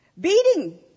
beating